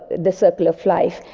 the circle of life,